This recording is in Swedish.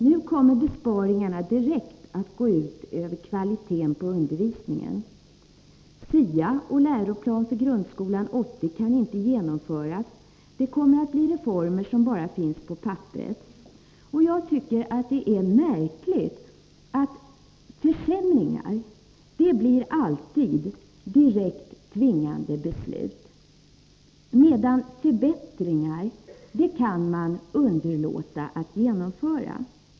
Nu kommer besparingarna att direkt gå ut över kvaliteten på undervisningen. SIA och läroplanen för grundskolan, Lgr 80, kan inte förverkligas. De kommer att bli reformer som bara finns på papperet. Jag tycker det är märkligt att det när det är fråga om försämringar alltid blir direkt tvingande beslut, medan beslut som innebär förbättringar alltid är formulerade så att man kan underlåta att genomföra dem.